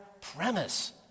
premise